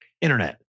internet